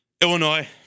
Illinois